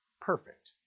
perfect